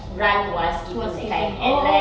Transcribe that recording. run while skipping that kind and like